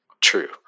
True